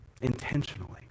intentionally